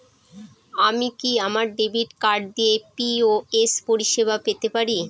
আমি কি আমার ডেবিট কার্ড দিয়ে পি.ও.এস পরিষেবা পেতে পারি?